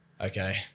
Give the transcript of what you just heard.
okay